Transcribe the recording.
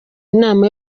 inama